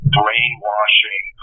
brainwashing